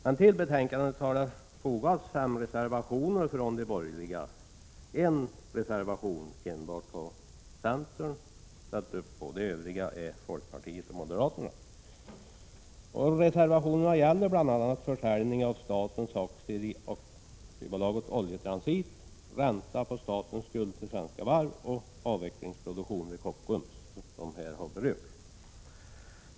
Men till betänkandet har också fogats fem reservationer av de borgerliga partierna — en från centern och de övriga från folkpartiet och moderaterna. Reservationerna gäller bl.a. försäljning av statens aktier i AB Oljetransit, ränta på statens skuld till Svenska Varv och avvecklingsproduktion vid Kockums.